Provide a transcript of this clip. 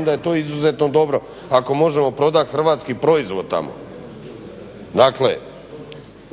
onda je to izuzetno dobro, ako možemo prodati hrvatski proizvod tamo.